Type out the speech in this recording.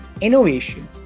innovation